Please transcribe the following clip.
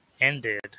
ended